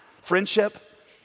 friendship